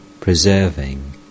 preserving